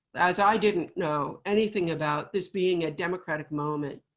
as i didn't know anything about this being a democratic moment.